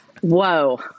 Whoa